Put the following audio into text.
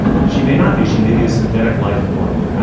but she may not be she may be a synthetic lifeform,